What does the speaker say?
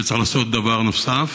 וצריך לעשות דבר נוסף.